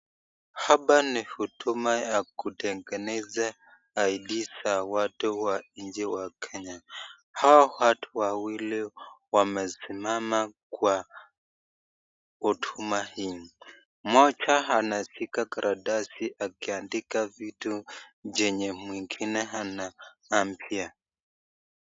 Hapa ni huduma ya kutengeneza ID za watu wa nchi ya Kenya, Hao watu wawili wamesimama kwa huduma hii, mmoja anashika karatasi akiandika vitu chenye mwingine anamwambia.